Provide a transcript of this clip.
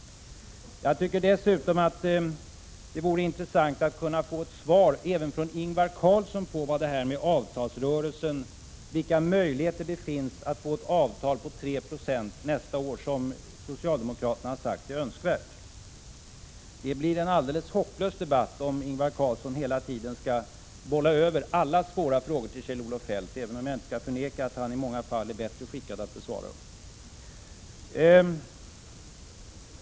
Jag tycker dessutom att det vore intressant att få ett svar även från Ingvar Carlsson när det gäller avtalsrörelsen — vilka möjligheter det finns att få ett avtal på 3 90 nästa år, som socialdemokraterna har sagt är önskvärt. Det blir en alldeles hopplös debatt om Ingvar Carlsson hela tiden skall bolla över alla svåra frågor till Kjell-Olof Feldt, även om jag inte skall förneka att han i många fall är bättre skickad att besvara dem.